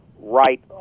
right